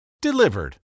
Delivered